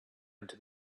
into